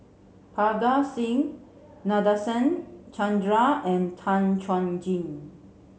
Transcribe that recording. Parga Singh Nadasen Chandra and Tan Chuan Jin